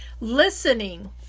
Listening